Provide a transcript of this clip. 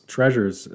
Treasures